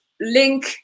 link